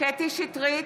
קטי קטרין שטרית,